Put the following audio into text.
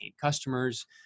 customers